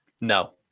no